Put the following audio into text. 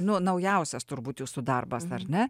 nu naujausias turbūt jūsų darbas ar ne